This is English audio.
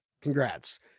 congrats